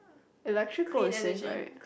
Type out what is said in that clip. electrical is safe right